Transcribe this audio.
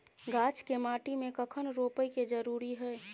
गाछ के माटी में कखन रोपय के जरुरी हय?